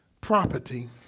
property